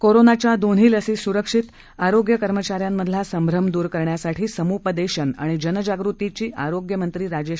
कोरोनाच्या दोन्ही लसी सुरक्षितआरोग्य कर्मचाऱ्यांमधला संभ्रम दूर करण्यासाठी समूपदेशन आणि जनजागृतीची आरोग्य मंत्री राजेश